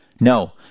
No